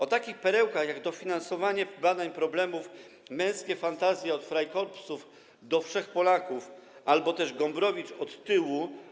O takich perełkach, jak dofinansowanie badań problemu „Męskie fantazje - od freikorpsów do wszechpolaków” albo też „Gombrowicz od tyłu.